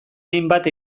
hainbat